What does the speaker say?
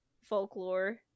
folklore